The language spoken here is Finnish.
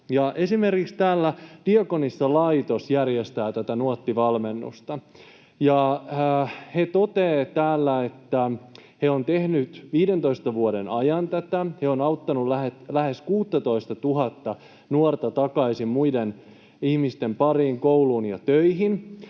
Esimerkiksi Diakonissalaitos järjestää tätä Nuotti-valmennusta, ja he toteavat täällä, että he ovat tehneet 15 vuoden ajan tätä ja he ovat auttaneet lähes 16 000:ta nuorta takaisin muiden ihmisten pariin kouluun ja töihin.